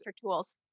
Tools